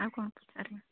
ଆଉ କ'ଣ ପଚାର